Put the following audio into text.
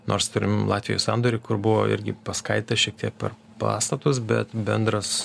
nors turim latvijoj sandorį kur buvo irgi paskaidyta šiek tiek per pastatus bet bendras